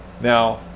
Now